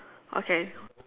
okay